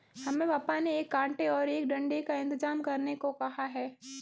हमें पापा ने एक कांटे और एक डंडे का इंतजाम करने को कहा है